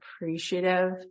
appreciative